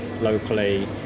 locally